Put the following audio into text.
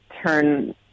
turn